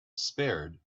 spared